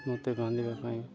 ମୋତେ ବାନ୍ଧିବା ପାଇଁ